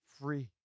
free